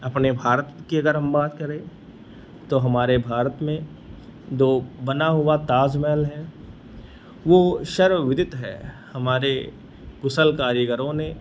अपने भारत की अगर हम बात करें तो हमारे भारत में जो बना हुआ ताजमहल है वह सर्वविदित है हमारे कुशल कारीगरों ने